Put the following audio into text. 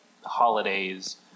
holidays